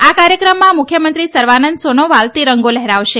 આ કાર્યક્રમમાં મુખ્યમંત્રી સર્વાનંદ સોનોવાલ તિરંગો લહેરાવશે